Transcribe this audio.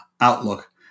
outlook